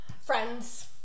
Friends